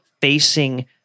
facing